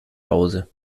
hause